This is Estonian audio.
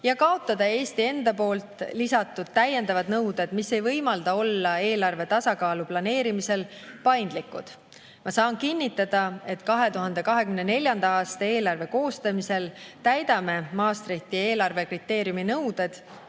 ja kaotada Eesti enda lisatud täiendavad nõuded, mis ei võimalda olla eelarve tasakaalu planeerimisel paindlikud. Ma saan kinnitada, et 2024. aasta eelarve koostamisel täidame Maastrichti eelarvekriteeriumi nõuded